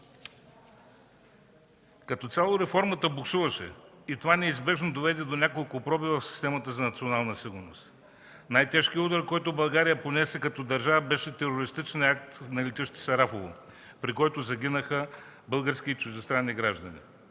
Като цяло реформата буксуваше и това неизбежно доведе до няколко пробива в системата за национална сигурност. Най-тежкият удар, който България понесе като държава, беше терористичният акт на летище Сарафово, при който загинаха български и чуждестранни граждани.